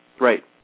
Right